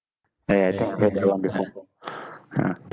ya ya I think I apply that [one] before ah